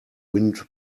wind